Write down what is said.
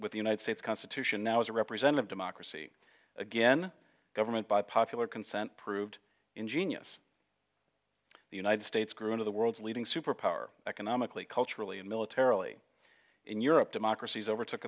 with the united states constitution now as a representative democracy again government by popular consent proved ingenious the united states grew into the world's leading superpower economically culturally and militarily in europe democracies overtook